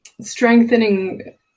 strengthening